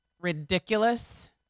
ridiculous